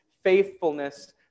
faithfulness